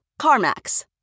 CarMax